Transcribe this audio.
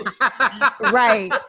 Right